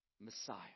Messiah